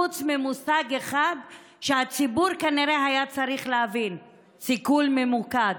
חוץ ממושג אחד שהציבור כנראה היה צריך להבין: סיכול ממוקד.